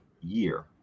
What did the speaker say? year